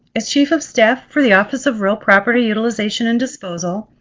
as chief of staff for the office of real property utilization and disposal,